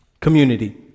community